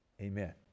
amen